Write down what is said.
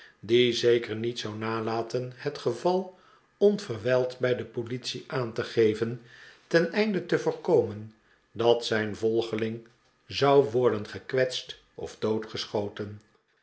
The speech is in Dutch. die zeker niet zou nalaten het geval onverwijld bij de politie aan te geven ten einde te voorkomen dat zijn volgeling zou worden gekwetst of doodgeschoten